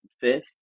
fifth